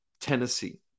Tennessee